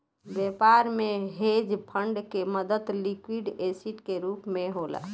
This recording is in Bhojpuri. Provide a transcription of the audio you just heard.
व्यापार में हेज फंड के मदद लिक्विड एसिड के रूप होला